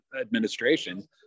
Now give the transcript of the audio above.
administration